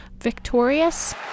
victorious